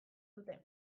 dute